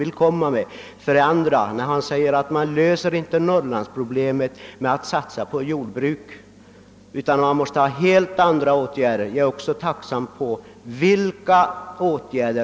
Vilka andra åtgärder tänker herr Persson på, när han säger att man inte löser norrlandsproblemen med att satsa på jordbruket utan att det behövs helt andra åtgärder?